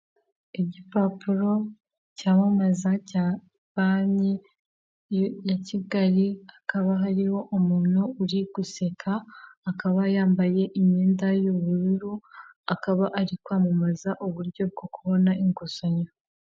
Igipapuro cyamamaza cya banki ya Kigali akaba hariho umuntu uri guseka, akaba yambaye imyenda y’ubururu, akaba ari kwamamaza uburyo bwo kubona inguzanyo.